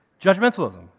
Judgmentalism